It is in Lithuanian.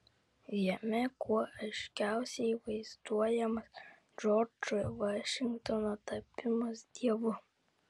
jame kuo aiškiausiai vaizduojamas džordžo vašingtono tapimas dievu